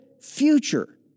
future